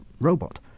robot